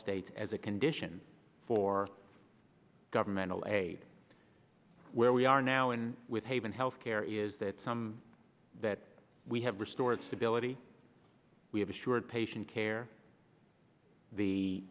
states as a condition for governmental a where we are now and with haven health care is that some that we have restored stability we have assured patient care the